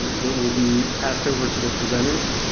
that will be passed over to the presenters.